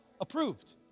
Approved